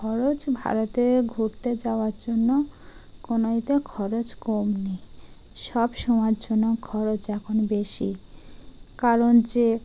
খরচ ভারতে ঘুরতে যাওয়ার জন্য কোনোমতে খরচ কম নেই সব সময়ের জন্য খরচ এখন বেশি কারণ যে